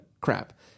crap